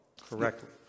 correctly